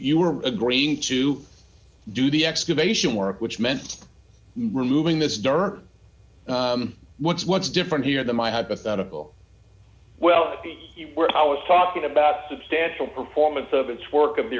you were agreeing to do the excavation work which meant removing this dirt what's what's different here than my hypothetical well i was talking about a substantial performance of its work of the